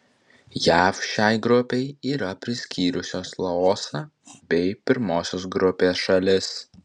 jav šiai grupei yra priskyrusios laosą bei pirmosios grupės šalis